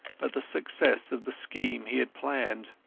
but the success of the scheme he had planned.